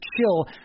chill